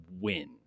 win